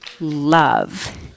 love